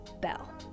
Bell